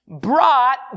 brought